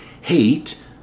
hate